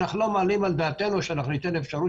אנחנו הרי לא מעלים על דעתנו שניתן אפשרות